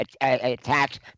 attacks